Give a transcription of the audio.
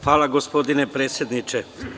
Hvala gospodine predsedniče.